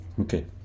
Okay